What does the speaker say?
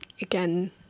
Again